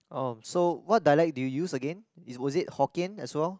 orh so what dialect do you use again is was it Hokkien as well